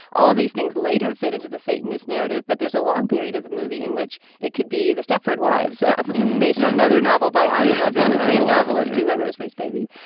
all these things later fit into the satanist narrative. but there's a long period as a movie in which it could be the stepford wives ah based on another novel by ah the and same novelist who wrote rosemary's baby.